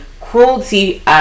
cruelty